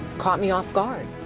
caught me off guard.